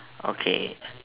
okay